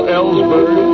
Ellsberg